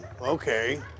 okay